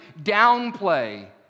downplay